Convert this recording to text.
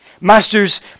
Masters